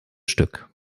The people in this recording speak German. stück